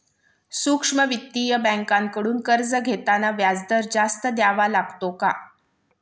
सूक्ष्म वित्तीय बँकांकडून कर्ज घेताना व्याजदर जास्त द्यावा लागतो का?